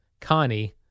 Connie